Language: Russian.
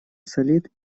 солит